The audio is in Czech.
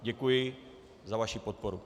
Děkuji za vaši podporu.